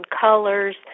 colors